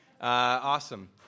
Awesome